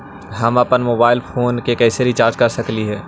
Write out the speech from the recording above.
हम अप्पन mobile phone के कैसे रिचार्ज कर सकली हे?